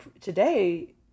today